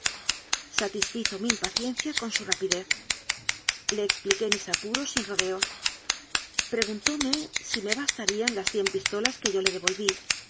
satisfizo mi impaciencia con su rapidez le expliqué mis apuros sin rodeos preguntóme si me bastarían las cien pistolas que yo le